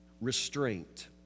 restraint